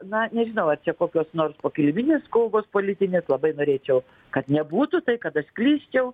na nežinau ar čia kokios nors pokiliminės kovos politinės labai norėčiau kad nebūtų tai kad aš klysčiau